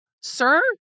Sir